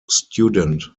student